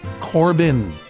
Corbin